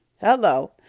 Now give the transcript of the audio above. hello